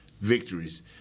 victories